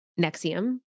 Nexium